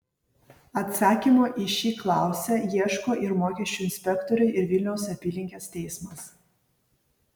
atsakymo į šį klausią ieško ir mokesčių inspektoriai ir vilniaus apylinkės teismas